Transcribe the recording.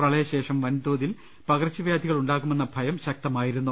പ്രളിയശേഷം വലിയതോതിൽ പകർച്ചവ്യാധികൾ ഉണ്ടാകുമെന്ന ഭയം ശക്തമായിരുന്നു